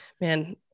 man